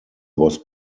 was